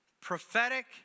prophetic